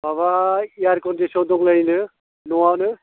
माबा यार कन्डिसन दंलायोनो न'आनो